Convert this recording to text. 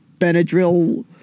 Benadryl